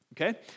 Okay